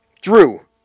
Drew